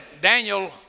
Daniel